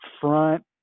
front